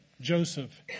Joseph